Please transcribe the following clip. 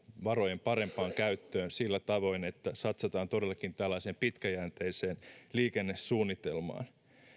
varojen parempaan käyttöön sillä tavoin että satsataan todellakin tällaiseen pitkäjänteiseen liikennesuunnitelmaan